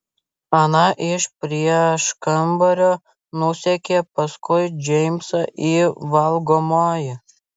ana iš prieškambario nusekė paskui džeimsą į valgomąjį